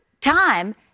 time